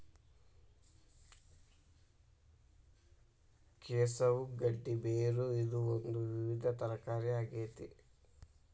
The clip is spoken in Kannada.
ಕೆಸವು ಗಡ್ಡಿ ಬೇರು ಇದು ಒಂದು ವಿವಿಧ ತರಕಾರಿಯ ಆಗೇತಿ